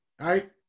Right